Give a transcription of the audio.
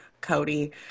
Cody